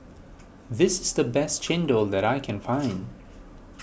this is the best Chendol that I can find